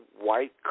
white